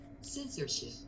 Censorship